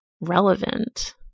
relevant